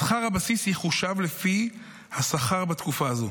שכר הבסיס יחושב לפי השכר בתקופה הזו,